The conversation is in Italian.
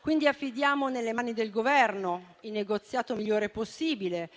Quindi, affidiamo nelle mani del Governo il negoziato migliore possibile,